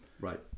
Right